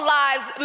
lives